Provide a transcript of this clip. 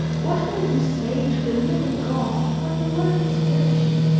what will you say to the living god when your work is finished?